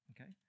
okay